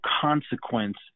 consequence